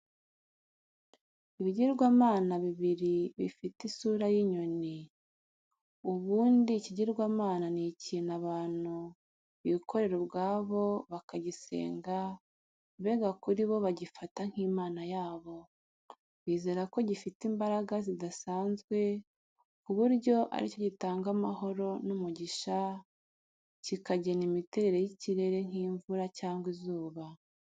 Ibigirwamana bibiri bifite isura y'inyoni. Ubundi ikigirwamana ni ikintu abantu bikorera ubwabo bakagisenga, mbega kuri bo bagifata nk'Imana yabo. Bizera ko gifite imbaraga zidasanzwe ku buryo ari cyo gitanga amahoro n'umugisha, kikagena imiterere y'ikirere nk'imvura cyangwa izuba.